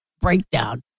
breakdown